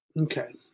Okay